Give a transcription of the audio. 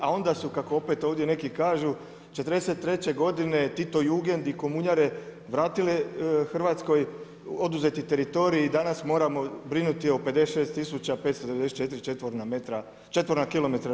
A onda su kako opet ovdje neki kažu, '43. g. titojugendi, komunjare, vratile Hrvatskoj oduzeti teritorij i danas moramo brinuti o 56594 četvorna kilometra RH.